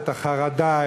את החרדה,